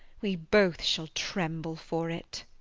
we both shall tremble for it.